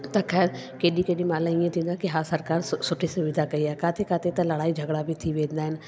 त ख़ैरु केॾी केॾी महिल हीअं थींदो आहे कि हा सरकारि सुठी सुविधा कई आहे किथे किथे त लड़ाई झॻिड़ा बि थी वेंदा आहिनि